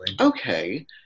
okay